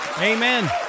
Amen